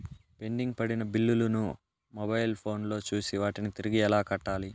pending పడిన బిల్లులు ను మొబైల్ ఫోను లో చూసి వాటిని తిరిగి ఎలా కట్టాలి